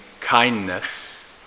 kindness